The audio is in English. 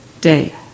day